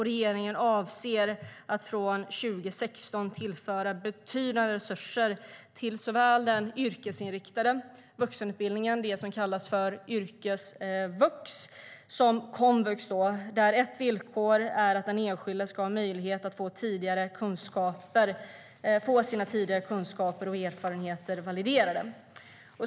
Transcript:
Regeringen avser att från 2016 tillföra betydande resurser såväl till den yrkesinriktade vuxenutbildningen, som kallas yrkesvux, som till komvux. Ett villkor är att den enskilde ska ha möjlighet att få sina tidigare kunskaper och erfarenheter validerade.